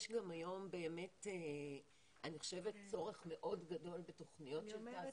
אני חושבת שהיום יש צורך מאוד גדול בתוכניות של תעסוקה.